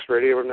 Radio